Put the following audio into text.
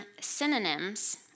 synonyms